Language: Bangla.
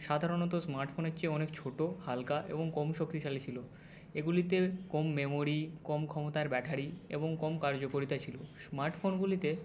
সাধারণত স্মার্টফোনের চেয়ে অনেক ছোটো হালকা এবং কম শক্তিশালী ছিলো এগুলিতে কম মেমোরি কম ক্ষমতার ব্যাটারি এবং কম কার্যকরিতা ছিলো স্মার্টফোনগুলিতে